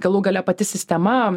galų gale pati sistema